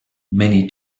many